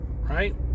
right